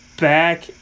back